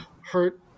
hurt